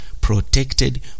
protected